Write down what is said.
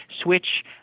switch